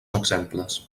exemples